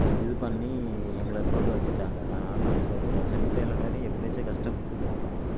இது பண்ணி எங்களை தோக்க வச்சிட்டாங்க அதனால் நாங்கள் தோத்துட்டோம் செமி ஃபைனல் வரையும் எப்படியாச்சும் கஷ்டப்பட்டு போனோம்